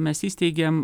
mes įsteigėm